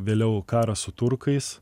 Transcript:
vėliau karas su turkais